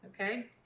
okay